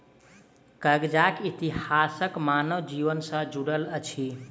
कागजक इतिहास मानव जीवन सॅ जुड़ल अछि